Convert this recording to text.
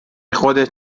خودت